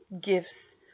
gifts